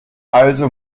also